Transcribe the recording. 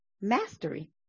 Mastery